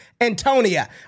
Antonia